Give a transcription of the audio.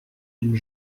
une